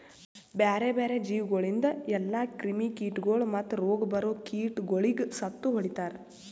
ಬ್ಯಾರೆ ಬ್ಯಾರೆ ಜೀವಿಗೊಳಿಂದ್ ಎಲ್ಲಾ ಕ್ರಿಮಿ ಕೀಟಗೊಳ್ ಮತ್ತ್ ರೋಗ ಬರೋ ಕೀಟಗೊಳಿಗ್ ಸತ್ತು ಹೊಡಿತಾರ್